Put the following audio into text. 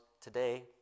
today